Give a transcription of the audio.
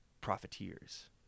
profiteers